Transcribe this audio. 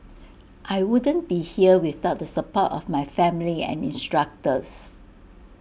I wouldn't be here without the support of my family and instructors